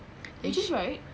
which is right